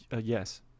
Yes